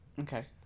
Okay